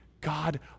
God